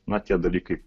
na tie dalykai